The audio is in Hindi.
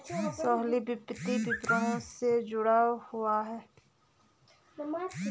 सोहेल वित्त व्यापार से जुड़ा हुआ है